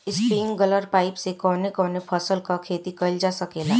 Sprinkler pipe से कवने कवने फसल क खेती कइल जा सकेला?